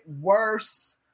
worse